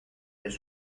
elles